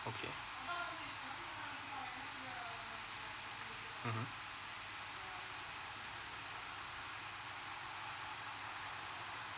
okay mmhmm